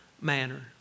manner